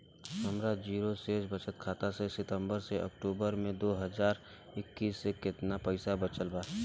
हमार जीरो शेष बचत खाता में सितंबर से अक्तूबर में दो हज़ार इक्कीस में केतना पइसा बचल बा?